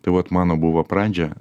tai vot mano buvo pradžia